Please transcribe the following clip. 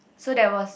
so there was